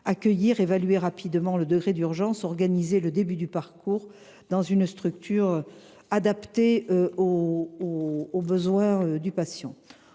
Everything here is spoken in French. d’accueillir, d’évaluer rapidement le degré d’urgence et d’organiser le début du parcours dans une structure adaptée aux besoins du patient.